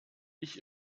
ich